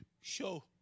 show